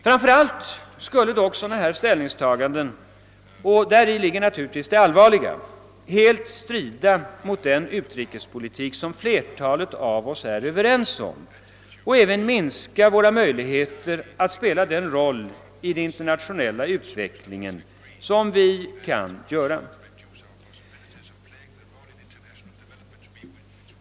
Framför allt skulle dock sådana ställningstaganden — och däri ligger naturligtvis det allvarliga — helt strida mot den utrikespolitik som flertalet av oss är överens om och även minska våra möjligheter att spela den roll i den internationella utvecklingen som vi kan göra.